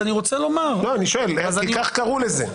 אני שואל, כי כך קראו לזה.